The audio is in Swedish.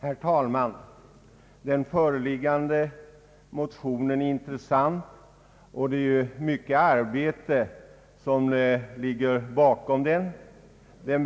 Herr talman! Den föreliggande motionen är intressant, och det ligger mycket arbete bakom den.